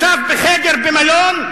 ישב בחדר במלון,